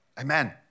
Amen